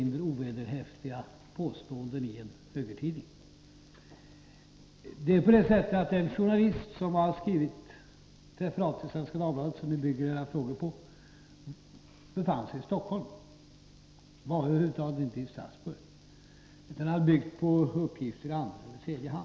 Herr talman! Kanske är det ett tidens tecken att den första frågestunden gäller mer eller mindre ovederhäftiga påståenden i en högertidning. Den journalist som har skrivit det referat i Svenska Dagbladet som ni stödjer era frågor på befann sig i Stockholm. Han var över huvud taget inte i Strasbourg, utan har byggt sin artikel på uppgifter i andra eller tredje hand.